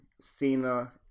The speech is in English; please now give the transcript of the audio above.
Cena